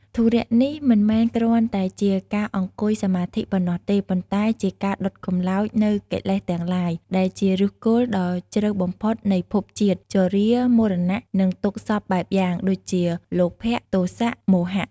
ធុរៈនេះមិនមែនគ្រាន់តែជាការអង្គុយសមាធិប៉ុណ្ណោះទេ ប៉ុន្តែជាការ ដុតកម្លោច នូវកិលេសទាំងឡាយ ដែលជាឫសគល់ដ៏ជ្រៅបំផុតនៃភពជាតិ ជរា មរណៈ និងទុក្ខសព្វបែបយ៉ាង ដូចជា លោភៈ ទោសៈ មោហៈ។